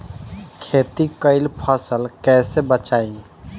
खेती कईल फसल कैसे बचाई?